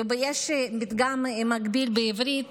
ויש פתגם מקביל בעברית: